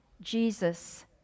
Jesus